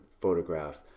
photograph